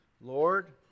Lord